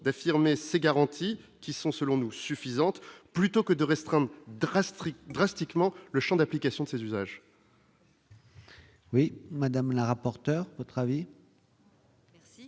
d'affirmer ses garanties qui sont selon nous suffisante, plutôt que de restreindre draps strict drastiquement le Champ d'application de ces usages. Oui, madame la rapporteure votre avis.